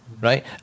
right